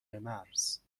مرز